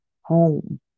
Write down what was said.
home